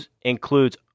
includes